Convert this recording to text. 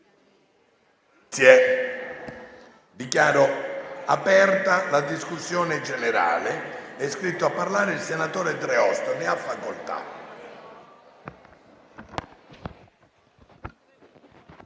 Dichiaro aperta la discussione generale. È iscritto a parlare il senatore Dreosto. Ne ha facoltà.